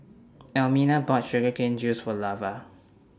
Almina bought Sugar Cane Juice For Lavar